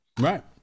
Right